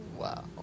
Wow